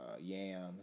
yams